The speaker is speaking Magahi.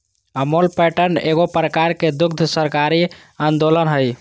अमूल पैटर्न एगो प्रकार के दुग्ध सहकारी आन्दोलन हइ